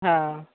हँ